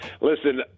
Listen